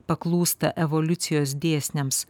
paklūsta evoliucijos dėsniams